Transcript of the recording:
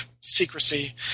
secrecy